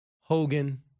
Hogan